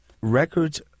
records